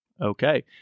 okay